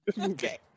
Okay